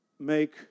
make